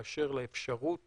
באשר לאפשרות